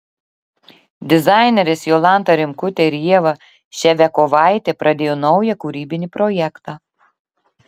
dizainerės jolanta rimkutė ir ieva ševiakovaitė pradėjo naują kūrybinį projektą